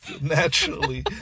naturally